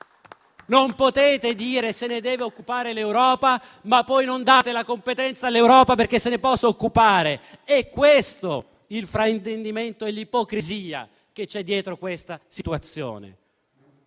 Non potete dire che se ne deve occupare l'Europa, ma poi non le date la competenza affinché se ne possa occupare; sono questi il fraintendimento e l'ipocrisia che ci sono dietro questa situazione.